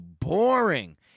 boring